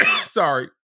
Sorry